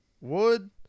Wood